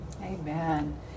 Amen